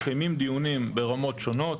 מתקיים דיונים ברמות שונות.